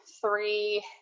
three